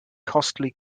costly